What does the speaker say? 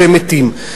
והם מתים.